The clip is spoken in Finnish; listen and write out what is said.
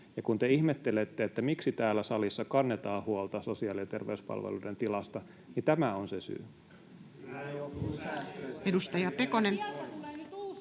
Kun te ihmettelette, miksi täällä salissa kannetaan huolta sosiaali- ja terveyspalveluiden tilasta, niin tämä on se syy.